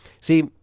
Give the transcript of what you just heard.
See